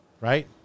right